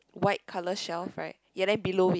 white color shelf right ya then below it